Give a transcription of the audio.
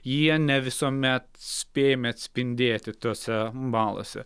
jie ne visuomet spėjami atspindėti tuose baluose